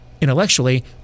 intellectually